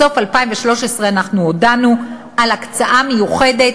בסוף 2013 אנחנו הודענו על הקצאה מיוחדת